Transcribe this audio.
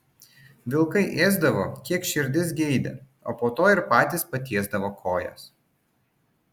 vilkai ėsdavo kiek širdis geidė o po to ir patys patiesdavo kojas